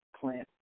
plant